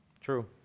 True